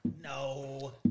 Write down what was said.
No